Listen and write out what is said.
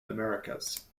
americas